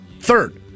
Third